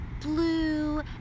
blue